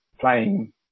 playing